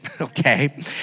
okay